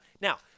Now